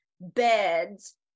beds